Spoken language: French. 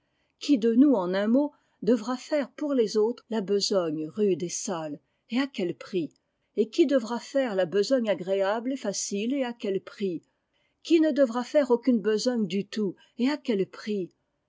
qui de nous en un mot devra faire pour les autres la besogne rude et sale et à quel prix et qui devra faire la besogne agréable et facile et à quel prix qui ne devra faire aucune besogne du tout et à quel prix